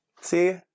See